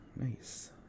Nice